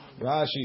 Rashi